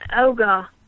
Olga